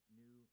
new